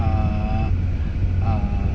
err err